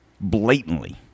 blatantly